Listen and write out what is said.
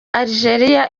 algeria